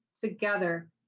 together